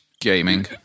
Gaming